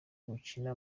gukina